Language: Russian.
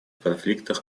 конфликтах